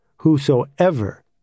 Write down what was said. whosoever